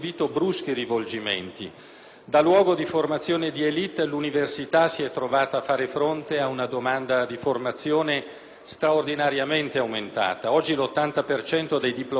da luogo di formazione di *élite*, l'università si è trovata a fare fronte ad una domanda di formazione straordinariamente aumentata. Oggi l'80 per cento dei diplomati accede all'università,